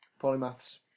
Polymaths